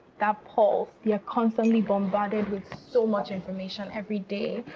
that pulse you're constantly bombarded with so much information every day.